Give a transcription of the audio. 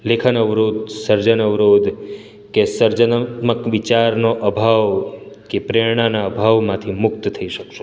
લેખન અવરોધ સર્જન અવરોધ કે સર્જનાત્મક વિચારનો અભાવ કે પ્રેરણાના અભાવમાંથી મુક્ત થઈ શકશો